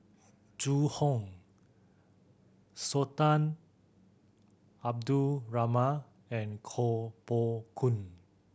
Zhu Hong Sultan Abdul Rahman and Koh Poh Koon